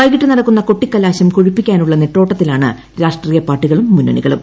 വൈകിട്ട് നടക്കുന്ന കൊട്ടിക്കലാശം കൊഴുപ്പിക്കാനുള്ള നെട്ടോട്ടത്തിലാണ് രാഷ്ട്രീയ പാർട്ടികളും മുന്നണികളും